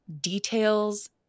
details